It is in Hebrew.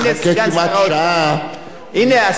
איך שיושב-ראש הכנסת קורא לו,